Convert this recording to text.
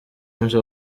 munsi